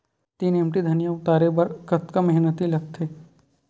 तीन एम.टी धनिया उतारे बर कतका मेहनती लागथे?